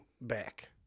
back